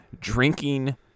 drinking